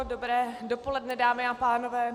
Dobré dopoledne dámy a pánové.